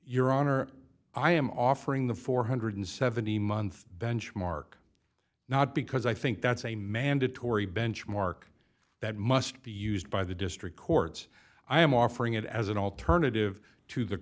your honor i am offering the four hundred and seventy month benchmark not because i think that's a mandatory benchmark that must be used by the district courts i am offering it as an alternative to the